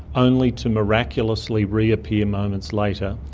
only to miraculously reappear moments later,